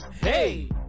Hey